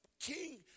king